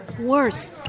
Worse